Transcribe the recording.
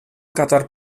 katar